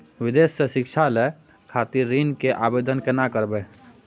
विदेश से शिक्षा लय खातिर ऋण के आवदेन केना करबे?